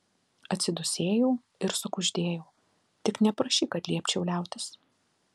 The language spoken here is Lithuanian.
atsidūsėjau ir sukuždėjau tik neprašyk kad liepčiau liautis